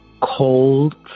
cold